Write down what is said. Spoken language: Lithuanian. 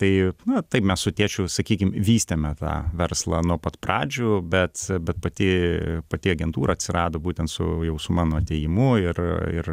tai na taip mes su tėčiu sakykim vystėme tą verslą nuo pat pradžių bet bet pati pati agentūra atsirado būtent su jau su mano atėjimu ir ir